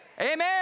Amen